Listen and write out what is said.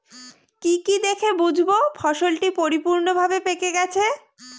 কি কি দেখে বুঝব ফসলটি পরিপূর্ণভাবে পেকে গেছে?